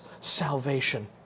salvation